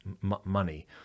money